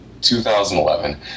2011